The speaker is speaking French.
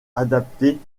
adaptée